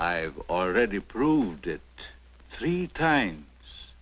i've already proved it three times